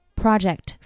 project